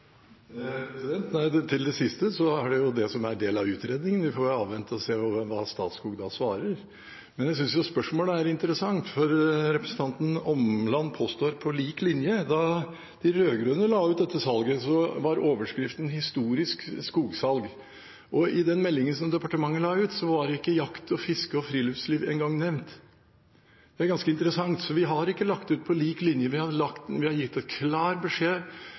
Til det siste: Nei, det er jo det som er en del av utredningen. Vi får avvente og se hva Statskog svarer. Men jeg synes spørsmålet er interessant, med representanten Omlands påstand om «på lik linje». Da de rød-grønne la ut dette salget, var overskriften «Historisk skogsalg». I den meldingen som departementet da la ut, var ikke jakt, fiske og friluftsliv engang nevnt. Det er ganske interessant. Så vi har ikke lagt ut for salg «på lik linje». Vi har